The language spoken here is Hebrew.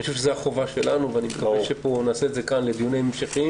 אני חושב שזו החובה שלנו ואני מקווה שנעשה את זה כאן לדיונים ההמשכיים,